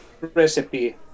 recipe